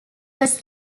was